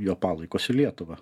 jo palaikus į lietuvą